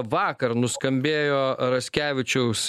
vakar nuskambėjo raskevičiaus